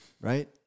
right